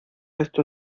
esto